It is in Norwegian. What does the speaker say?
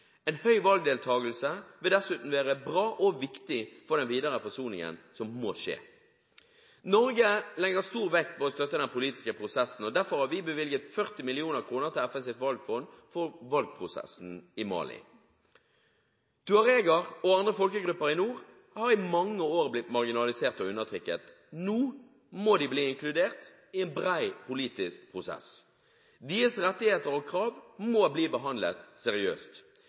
En høy valgdeltakelse vil dessuten være bra og viktig for den videre forsoningen som må skje. Norge legger stor vekt på å støtte den politiske prosessen. Derfor har vi bevilget 40 mill. kr til FNs valgfond for valgprosessen i Mali. Tuareger og andre folkegrupper i nord har i mange år blitt marginalisert og undertrykket. Nå må de bli inkludert i en bred politisk prosess. Deres rettigheter og krav må bli behandlet seriøst.